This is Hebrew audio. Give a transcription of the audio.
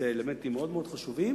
אלה אלמנטים מאוד מאוד חשובים.